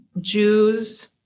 Jews